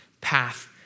path